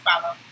follow